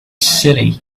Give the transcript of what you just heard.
silly